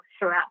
throughout